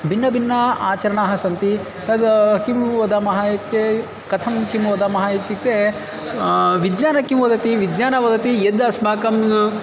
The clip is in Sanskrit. भिन्नभिन्नाः आचरणाः सन्ति तद् किं वदामः इत्यत् कथं किं वदामः इत्युक्ते विज्ञानं किं वदति विज्ञानं वदति यद् अस्माकम्